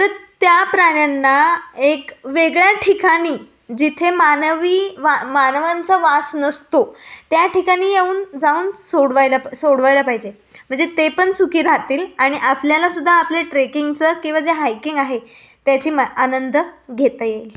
तर त्या प्राण्यांना एक वेगळ्या ठिकाणी जिथे मानवी वा मानवांचा वास नसतो त्या ठिकाणी येऊन जाऊन सोडवायला सोडवायला पाहिजे म्हणजे ते पण सुखी राहतील आणि आपल्यालासुद्धा आपले ट्रेकिंगचं किंवा जे हायकिंग आहे त्याची म आनंद घेता येईल